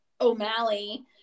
o'malley